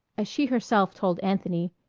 as she herself told anthony,